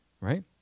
right